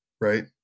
right